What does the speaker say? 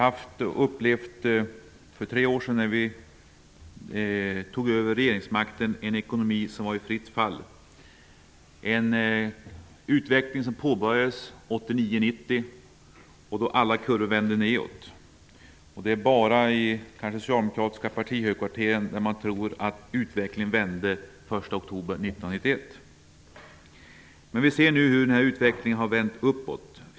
Herr talman! När vi tog över regeringsmakten för tre år sedan upplevde vi en ekonomi i fritt fall. Det var en utveckling som påbörjades 1989--1990 och alla kurvor vände nedåt. Det är bara i de socialdemokratiska partihögkvarteren som man tror att utvecklingen vände den 1 oktober 1991. Vi ser nu hur utvecklingen har vänt uppåt.